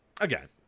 again